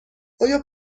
آیا